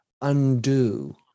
undo